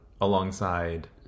alongside